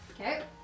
Okay